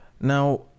Now